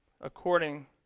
according